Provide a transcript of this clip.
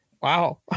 Wow